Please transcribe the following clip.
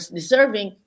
deserving